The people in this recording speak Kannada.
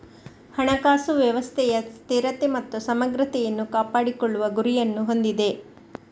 ಹಣಕಾಸು ವ್ಯವಸ್ಥೆಯ ಸ್ಥಿರತೆ ಮತ್ತು ಸಮಗ್ರತೆಯನ್ನು ಕಾಪಾಡಿಕೊಳ್ಳುವ ಗುರಿಯನ್ನು ಹೊಂದಿದೆ